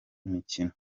imikino